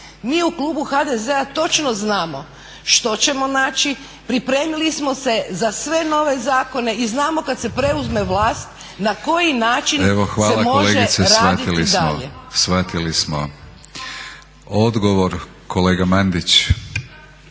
Mi u klubu HDZ-a točno znamo što ćemo naći, pripremili smo se za sve nove zakone i znamo kad se preuzme vlast na koji način se može raditi dalje.